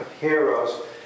heroes